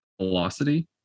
velocity